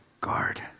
guard